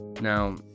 Now